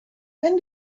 when